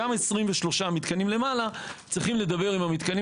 גם ה-23 מתקנים למעלה צריכים לדבר עם המתקנים